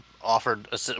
offered